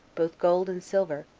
both gold and silver,